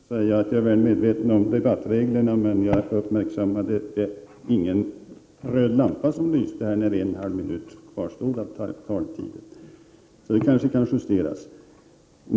Fru talman! Får jag först säga att jag är väl medveten om debattreglerna, men jag uppmärksammade inte att någon röd lampa lyste när en halv minut kvarstod av talartiden. Det kanske kan justeras.